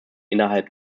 innerhalb